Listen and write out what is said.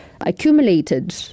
accumulated